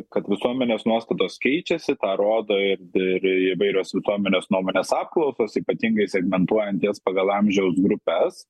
kad visuomenės nuostatos keičiasi tą rodo ir ir įvairios visuomenės nuomonės apklausos ypatingai segmentuojant jas pagal amžiaus grupes